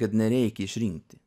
kad nereikia išrinkti